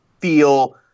feel